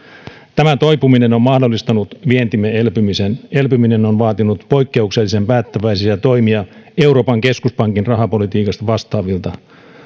tämä toipuminen on mahdollistanut vientimme elpymisen elpyminen on vaatinut poikkeuksellisen päättäväisiä toimia euroopan keskuspankin rahapolitiikasta vastaavilta